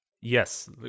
Yes